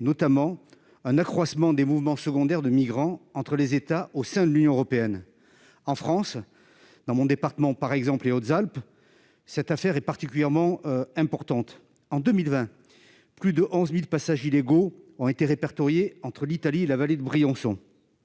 notamment pour effet un accroissement des mouvements secondaires de migrants entre les États au sein de l'Union européenne. En France, dans mon département des Hautes-Alpes, par exemple, ce problème est particulièrement aigu. En 2020, plus de 11 000 passages illégaux ont été répertoriés entre l'Italie et la vallée de Briançon.